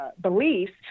beliefs